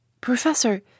Professor